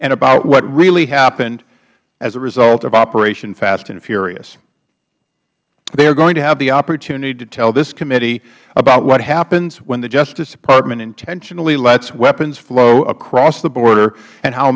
and about what really happened as a result of operation fast and furious they are going to have the opportunity to tell this committee about what happens when the justice department intentionally lets weapons flow across the border and how